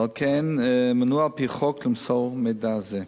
ועל כן מנוע על-פי חוק למסור מידע זה.